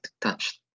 touch